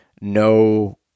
no